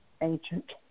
ancient